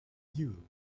you